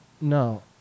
No